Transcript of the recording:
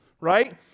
right